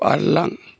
बारलां